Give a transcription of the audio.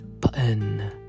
button